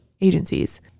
agencies